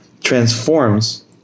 transforms